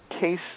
case